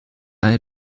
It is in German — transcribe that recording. eine